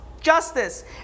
justice